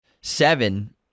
seven